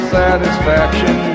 satisfaction